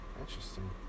Interesting